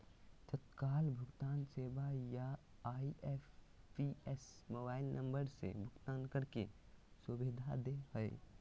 तत्काल भुगतान सेवा या आई.एम.पी.एस मोबाइल नम्बर से भुगतान करे के सुविधा दे हय